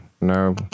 no